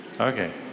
Okay